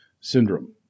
syndrome